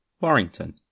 warrington